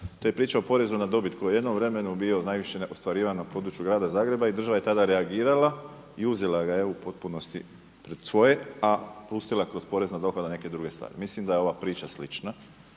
to je priča o porezu na dobit koji je u jednom vremenu bio najviše ostvarivan na području grada Zagreba i država je tada reagirala i uzela ga u potpunosti pred svoje, a pustila kroz porez na dohodak na neke druge stvari. Mislim da je ova priča slična